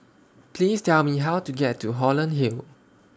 Please Tell Me How to get to Holland Hill